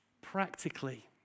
practically